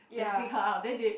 then pick her up then they